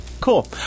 Cool